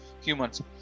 humans